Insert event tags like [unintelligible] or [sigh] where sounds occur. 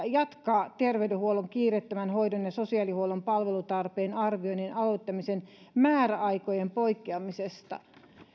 [unintelligible] jatkaa terveydenhuollon kiireettömän hoidon ja sosiaalihuollon palvelutarpeen arvioinnin aloittamisen määräajoista poikkeamisesta